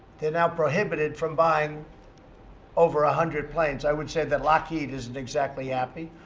they're now prohibited from buying over a hundred planes. i would say that lockheed isn't exactly happy.